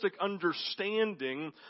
understanding